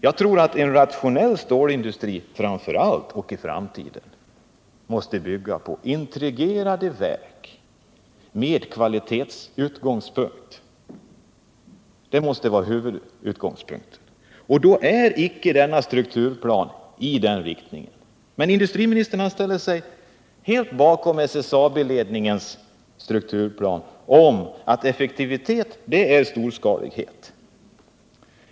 Jag tror att en rationell framtida stålindustri framför allt måste bygga på integrerade verk med utgångspunkt i kvaliteten — det måste vara huvudutgångspunkten. Den strukturplan som föreligger inriktar sig inte på detta. Men industriministern ställer sig helt bakom SSAB-ledningens strukturplan som förutsätter att effektivitet är storskalighet.